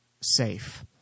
safe